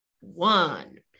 one